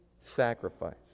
sacrifice